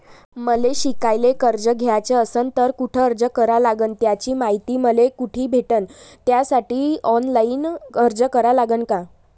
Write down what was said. मले शिकायले कर्ज घ्याच असन तर कुठ अर्ज करा लागन त्याची मायती मले कुठी भेटन त्यासाठी ऑनलाईन अर्ज करा लागन का?